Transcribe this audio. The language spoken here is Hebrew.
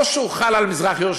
או שהוא חל על מזרח-ירושלים,